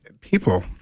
people